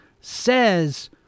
says